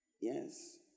Yes